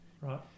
right